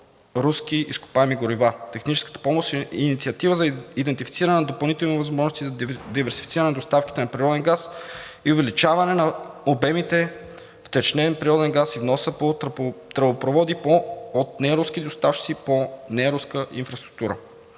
руски изкопаеми горива. Техническата помощ е инициатива за идентифициране на допълнителни възможности за диверсифициране на доставките на природен газ и увеличаване на обемите втечнен природен газ и вноса по тръбопроводи от неруски доставчици по неруска инфраструктура.